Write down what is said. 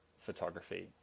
photography